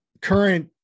current